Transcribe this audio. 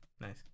Nice